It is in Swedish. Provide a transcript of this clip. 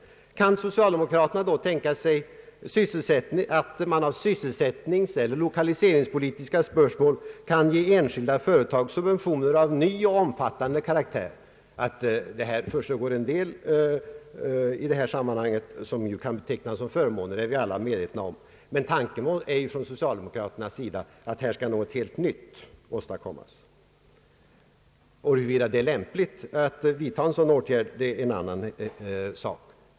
Kan socialdemokraterna tänka sig att av sysselsättningseller lokaliseringspolitiska skäl ge enskilda företag subventioner av ny och omfattande karaktär? Att det i detta sam manhang försiggår en del som kan betecknas som förmåner är vi alla medvetna om, men tanken är ju från socialdemokraternas sida att något helt nytt skall åstadkommas. Huruvida det är lämpligt att vidta en sådan åtgärd är en helt annan sak.